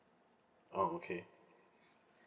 oh okay